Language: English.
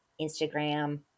Instagram